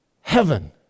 heaven